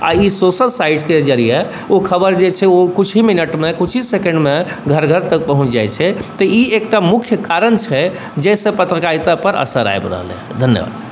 आ ई सोशल साइटके जरिए ओ खबर जे छै ओ किछु ही मिनटमे किछु ही सेकेन्डमे घर घर तक पहुँच जाइ छै तऽ ई एक टा मुख्य कारण छै जे से पत्रकारिता पर असर आइब रहलै हइ धन्यवाद